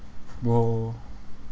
oh